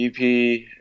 EP